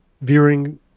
veering